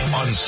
on